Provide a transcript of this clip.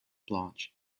bloch